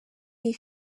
iyi